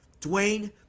Dwayne